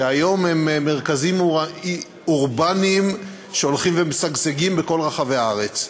שהיום הן מרכזים אורבניים שהולכים ומשגשגים בכל רחבי הארץ.